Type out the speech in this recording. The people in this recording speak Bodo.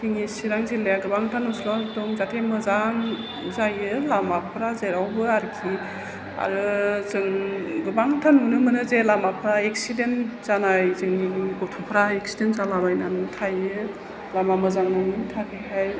जोंनि चिरां जिल्लाया गोबांथा न'स्ल' दं जाहाथे मोजां जायो लामाफ्रा जेरावबो आरोखि आरो जों गोबांथार नुनो मोनो जे लामाफ्रा एक्सिडेन्ट जानाय आरोखि गथ'फ्रा एक्सिडेन्ट जालाबायनानै थायो लामा मोजां नङैनि थाखाय हाय